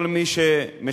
כל מי שמשפץ